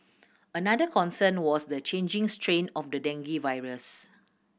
another concern was the changing strain of the dengue virus